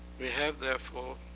we have, therefore,